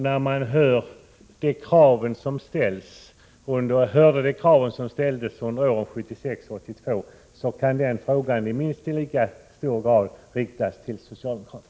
När man har hört de krav som ställdes under åren 1976-1982, kan den frågan i minst lika hög grad riktas till socialdemokraterna.